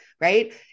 right